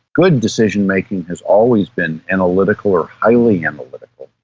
good decision-making has always been analytical or highly analytical.